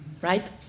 right